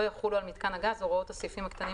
לא יחולו על מיתקן הגז הוראות הסעיפים הקטנים